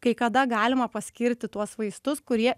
kai kada galima paskirti tuos vaistus kurie